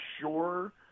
sure